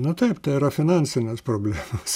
nu taip tai yra finansinės problemos